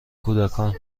کودکان